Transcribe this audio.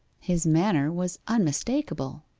his manner was unmistakable